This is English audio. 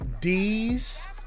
D's